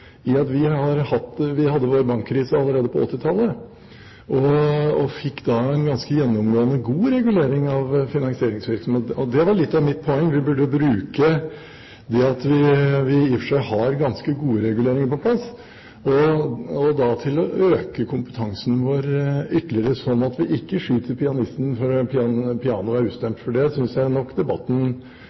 vi hadde vår bankkrise allerede på 1990-tallet og da fikk en ganske gjennomgående god regulering av finansieringsvirksomhet. Og det var litt av mitt poeng: Vi burde bruke det at vi i og for seg har ganske gode reguleringer på plass, til å øke kompetansen vår ytterligere, sånn at vi ikke skyter pianisten fordi pianoet er ustemt, for det synes jeg nok debatten